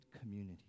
community